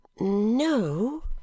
No